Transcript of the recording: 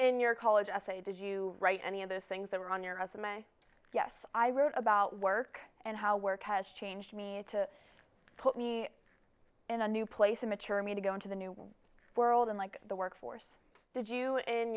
in your college essay did you write any of those things that were on your resume yes i wrote about work and how work has changed me to put me in a new place to mature me to go into the new world in like the workforce did you